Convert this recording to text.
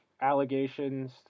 allegations